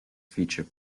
feature